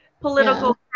political